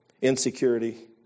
insecurity